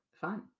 Fine